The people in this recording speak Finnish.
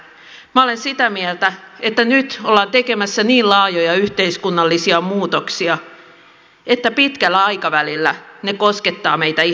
minä olen sitä mieltä että nyt ollaan tekemässä niin laajoja yhteiskunnallisia muutoksia että pitkällä aikavälillä ne koskettavat meitä ihan kaikkia